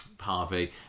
Harvey